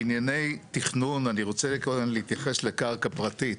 בענייני תכנון אני רוצה להתייחס לקרקע פרטית.